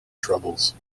troubles